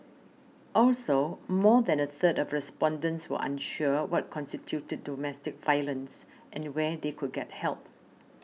also more than a third of respondents were unsure what constituted domestic violence and where they could get help